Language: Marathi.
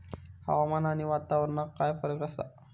हवामान आणि वातावरणात काय फरक असा?